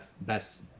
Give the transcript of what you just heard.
best